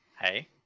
Hey